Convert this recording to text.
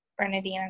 Bernadina